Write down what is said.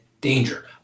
danger